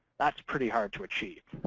that's pretty hard to achieve.